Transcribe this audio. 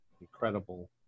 incredible